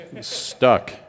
stuck